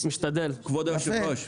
היושב-ראש,